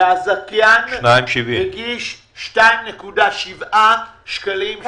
והזכיין הגיש 2.7 שקלים.